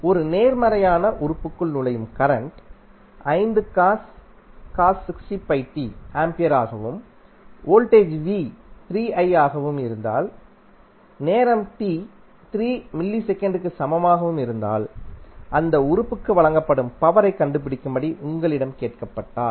ஒரு நேர்மறையான உறுப்புக்குள் நுழையும் கரண்ட் A ஆகவும் வோல்டேஜ் v 3iஆகவும் இருந்தால் நேரம் t 3 மில்லி செகண்டுக்கு சமம் ஆகவும் இருந்தால் அந்த உறுப்புக்கு வழங்கப்படும் பவர் யைக் கண்டுபிடிக்கும்படி உங்களிடம் கேட்கப்பட்டால்